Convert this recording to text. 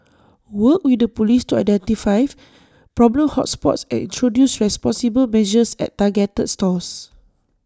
work with the Police to identify problem hot spots and introduce responsible measures at targeted stores